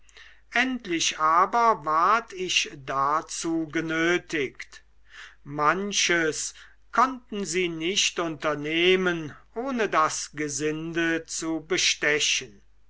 endlich aber ward ich dazu genötigt manches konnten sie nicht unternehmen ohne das gesinde zu bestechen